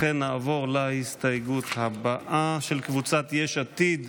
לכן נעבור להסתייגות הבאה, של קבוצת יש עתיד.